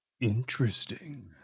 Interesting